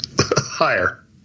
higher